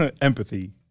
Empathy